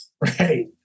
right